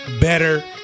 better